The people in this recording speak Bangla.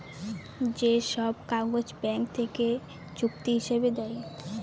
যে সব কাগজ ব্যাঙ্ক থেকে চুক্তি হিসাবে দেয়